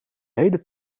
hele